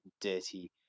dirty